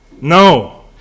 No